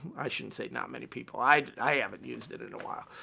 i shouldn't say not many people. i i haven't used it in a while.